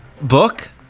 Book